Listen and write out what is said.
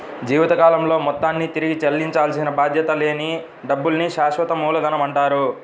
జీవితకాలంలో మొత్తాన్ని తిరిగి చెల్లించాల్సిన బాధ్యత లేని డబ్బుల్ని శాశ్వత మూలధనమంటారు